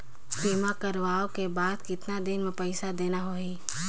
बीमा करवाओ के बाद कतना दिन मे पइसा देना हो ही?